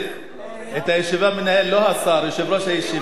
אדרי, את הישיבה מנהל לא השר אלא יושב-ראש הישיבה.